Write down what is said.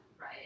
right